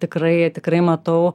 tikrai tikrai matau